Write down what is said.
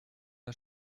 der